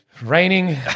raining